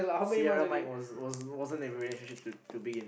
Sierra-Mike was wasn't a relationship to to begin